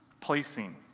placing